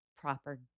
proper